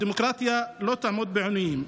הדמוקרטיה לא תעמוד בעינויים.